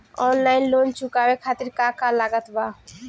Online loan चुकावे खातिर का का लागत बा?